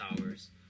Hours